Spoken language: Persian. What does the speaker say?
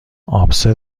آبسه